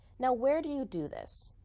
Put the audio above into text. now where do you do this?